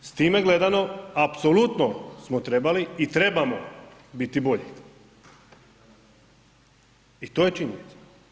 S time gledano, apsolutno smo trebali i trebamo biti bolji i to je činjenica.